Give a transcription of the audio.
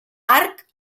arc